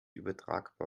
übertragbar